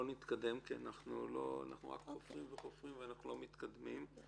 בואו נתקדם כי אנחנו רק חופרים וחופרים ולא מתקדמים.